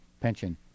pension